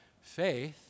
faith